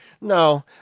No